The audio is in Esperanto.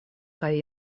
kaj